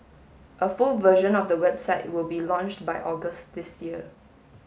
a full version of the website will be launched by August this year